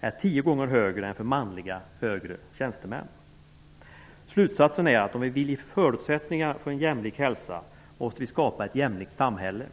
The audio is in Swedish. är tio gånger högre än för manliga högre tjänstemän. Slutsatsen är att om vi vill ge förutsättningar för en jämlik hälsa, måste vi skapa ett jämlikt samhälle.